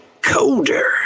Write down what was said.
colder